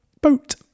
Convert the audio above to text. Boat